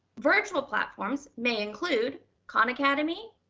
virtual platforms may include khan academy,